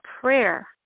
prayer